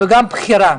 וגם בחירה.